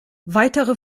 weitere